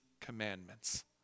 commandments